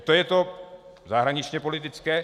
To je to zahraničněpolitické.